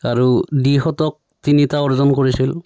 আৰু দ্বিশতক তিনিটা অৰ্জন কৰিছিল